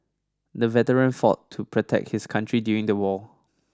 the veteran fought to protect his country during the war